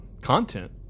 content